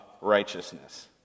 righteousness